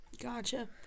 gotcha